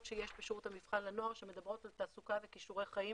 שיש בשירות המבחן לנוער שמדברות על תעסוקה וכישורי חיים.